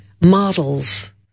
models